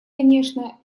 конечно